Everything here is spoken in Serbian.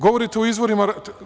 Govorite o izborima.